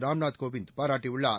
ராம்நாத் கோவிந்த் பாராட்டியுள்ளார்